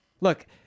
Look